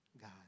God